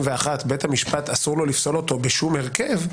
בית המשפט אסור לו לפסול אותו בשום הרכב,